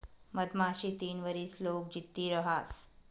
मधमाशी तीन वरीस लोग जित्ती रहास